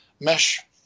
mesh